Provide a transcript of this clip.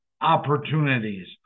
opportunities